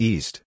East